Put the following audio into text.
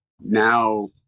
now